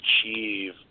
achieve